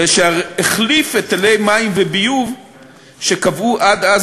אשר החליף היטלי מים וביוב שקבעו עד אז